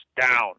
down